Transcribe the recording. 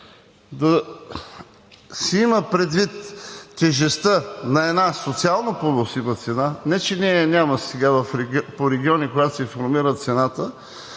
да се има предвид тежестта на една социална поносима цена, не че я няма сега по региони, когато се формира цената,